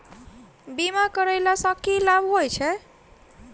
बीमा करैला सअ की लाभ होइत छी?